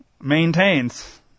maintains